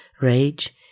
rage